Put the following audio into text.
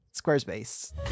squarespace